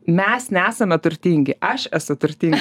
mes nesame turtingi aš esu turtingas